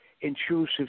intrusive